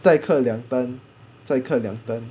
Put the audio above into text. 再刻两单再刻两单